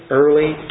early